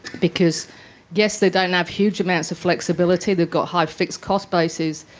because yes, they don't have huge amounts of flexibility, they've got high fixed cost bases,